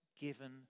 given